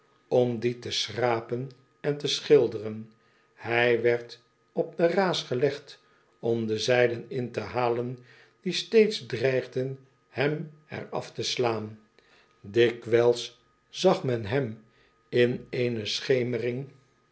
om die te schrapen en te schilderen hij werd op de ra's gelegd om de zeilen in te halen die steeds dreigen hem er af te slaan dikwijls zag men hem in eene schemering